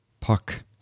puck